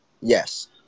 Yes